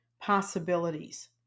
possibilities